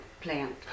plant